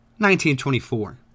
1924